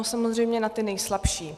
Samozřejmě na ty nejslabší.